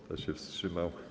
Kto się wstrzymał?